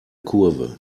kurve